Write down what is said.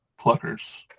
pluckers